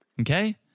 Okay